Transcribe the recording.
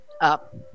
up